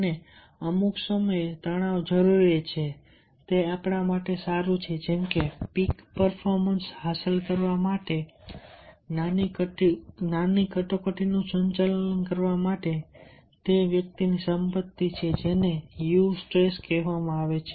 અને અમુક સમયે તણાવ જરૂરી છે તે આપણા માટે સારું છે જેમકે પીક પરફોર્મન્સ હાંસલ કરવા અને નાની કટોકટીનું સંચાલન કરવા માટે તે વ્યક્તિની સંપત્તિ છે જેને યુ સ્ટ્રેસ કહેવામાં આવે છે